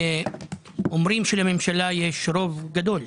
אומרים שלממשלה יש רוב גדול,